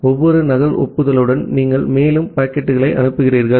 ஒவ்வொரு நகல் ஒப்புதலுடனும் நீங்கள் மேலும் பாக்கெட்டுகளை அனுப்புகிறீர்கள்